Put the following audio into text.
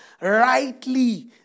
Rightly